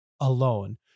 alone